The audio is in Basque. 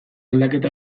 aldaketa